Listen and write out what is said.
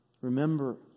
remember